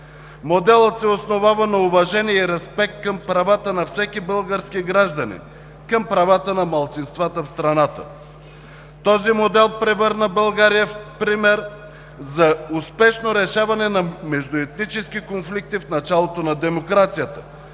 Моделът се основава на уважение и респект към правата на всеки български гражданин, към правата на малцинствата в страната. Този модел превърна България в пример за успешно решаване на междуетнически конфликти в началото на демокрацията,